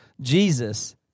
jesus